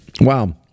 Wow